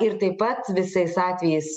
ir taip pat visais atvejais